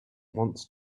want